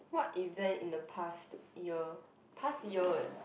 what event in the past year past year eh